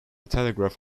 telegraph